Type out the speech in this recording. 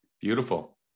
Beautiful